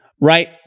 right